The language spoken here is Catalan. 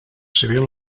civil